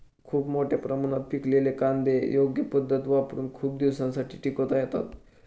खूप मोठ्या प्रमाणात पिकलेले कांदे योग्य पद्धत वापरुन खूप दिवसांसाठी टिकवता येतात